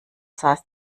saß